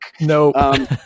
No